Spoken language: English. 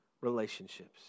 relationships